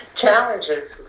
challenges